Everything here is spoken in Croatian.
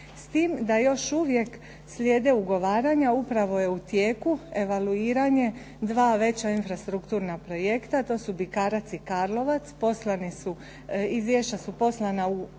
s tim da još uvijek slijede ugovaranja. Upravo je u tijeku evaluiranje dva veća infrastrukturna projekta. To su "Bikarac" i Karlovac. Izvješća su poslana u